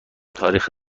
تاریخ